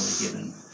given